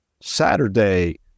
Saturday